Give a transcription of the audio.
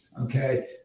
okay